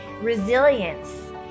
resilience